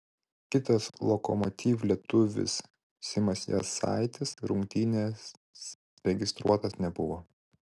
kitas lokomotiv lietuvis simas jasaitis rungtynės registruotas nebuvo